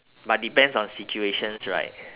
but depends on situations right